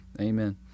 Amen